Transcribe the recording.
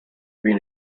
been